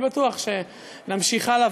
אני בטוח שנמשיך הלאה,